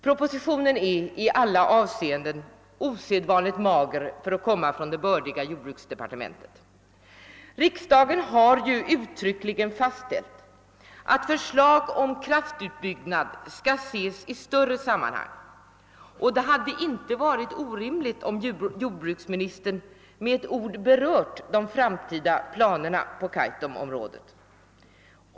Propositionen är i alla avseenden osedvanligt mager för att komma från det bördiga jordbruksdepartementet. Riksdagen har ju uttryckligen fastställt att förslag om kraftutbyggnad skall ses i större sammanhang, och det hade inte varit orimligt om jordbruksministern med ett ord berört de framtida planerna på Kaitumområdet.